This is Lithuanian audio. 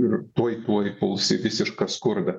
ir tuoj tuoj puls į visišką skurdą